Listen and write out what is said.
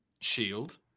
shield